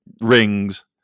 rings